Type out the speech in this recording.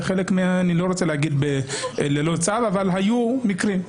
אני לא רוצה לומר ללא צו אבל היו מקרים.